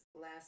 Last